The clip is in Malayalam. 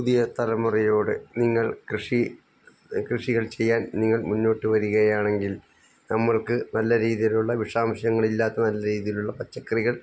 പുതിയ തലമുറയോട് നിങ്ങൾ കൃഷി കൃഷികൾ ചെയ്യാൻ നിങ്ങൾ മുന്നോട്ട് വരികയാണെങ്കിൽ നമ്മൾക്ക് നല്ല രീതിയിലുള്ള വിഷാംശങ്ങൾ ഇല്ലാത്ത നല്ല രീതിയിലുള്ള പച്ചക്കറികൾ